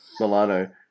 Milano